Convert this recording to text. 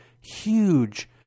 huge